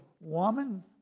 woman